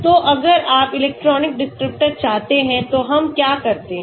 तो अगर आप इलेक्ट्रॉनिक डिस्क्रिप्टर चाहते हैं तो हम क्या करते हैं